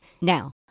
Now